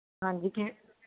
ਹਾਂਜੀ ਕੀ